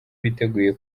biteguye